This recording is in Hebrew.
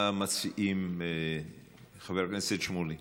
מה מציעים, חבר הכנסת שמולי?